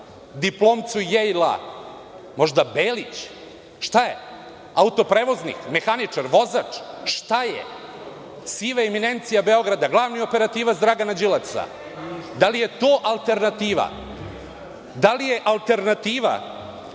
diplomcu „Jejla“ možda Belić? Šta je? Autoprevoznik, mehaničar, vozač. Šta je? Siva eminencija Beograda? Glavni operativac Dragana Đilasa. Da li je to alternativa? Da li je alternativa